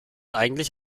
eigentlich